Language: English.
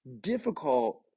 Difficult